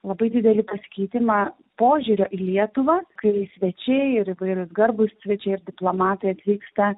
labai didelį pasikeitimą požiūrio į lietuva kai svečiai ir įvairūs garbūs svečiai ir diplomatai atvyksta